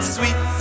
Sweet